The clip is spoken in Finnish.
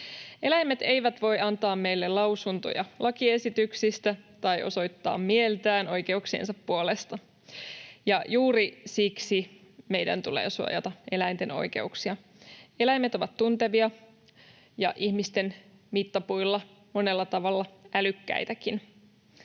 Eläimet eivät voi antaa meille lausuntoja lakiesityksistä tai osoittaa mieltään oikeuksiensa puolesta, ja juuri siksi meidän tulee suojata eläinten oikeuksia. Eläimet ovat tuntevia ja ihmisten mittapuilla monella tavalla älykkäitäkin.